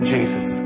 Jesus